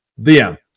DM